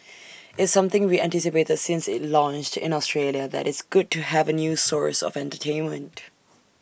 it's something we anticipated since IT launched in Australia that is good to have A new source of entertainment